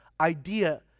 idea